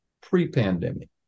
pre-pandemic